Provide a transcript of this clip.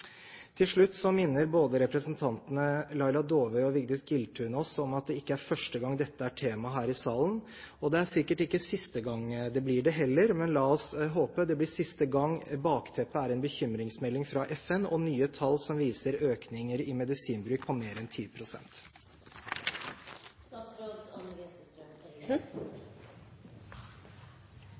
Til slutt minner både representantene Laila Dåvøy og representanten Vigdis Giltun oss om at det ikke er første gang dette er tema her i salen. Det er sikkert ikke siste gang det blir det heller, men la oss håpe det blir siste gang bakteppet er en bekymringsmelding fra FN og nye tall som viser økninger i medisinbruk på mer enn